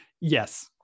Yes